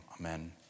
Amen